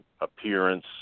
appearance